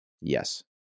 Yes